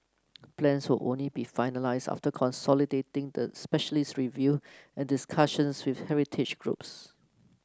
plans will only be finalised after consolidating the specialist review and discussions with heritage groups